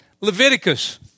Leviticus